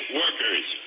workers